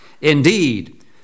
indeed